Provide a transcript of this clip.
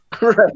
Right